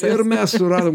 ir mes suradom